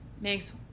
makes